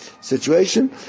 situation